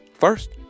first